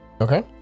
okay